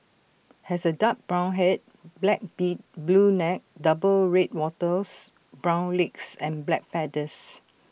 has A dark brown Head black beak blue neck double red wattles brown legs and black feathers